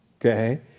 okay